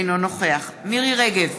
אינו נוכח מירי רגב,